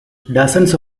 dozens